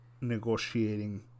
negotiating